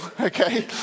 okay